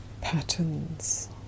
patterns